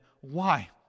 Why